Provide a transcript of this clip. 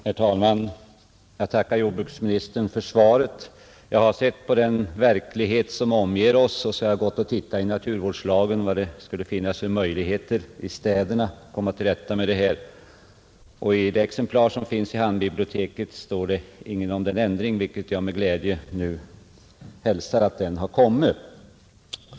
Herr talman! Jag tackar jordbruksministern för svaret. Jag har sett på den verklighet som omger oss, och så har jag tittat i naturvårdslagen för att se vad det finns för möjligheter att komma till rätta med nedskräpningen i städerna. I det exemplar som finns i handboksbiblioteket står det ingenting om denna ändring, som jag nu hälsar med glädje.